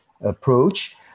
approach